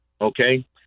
Okay